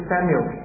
Samuel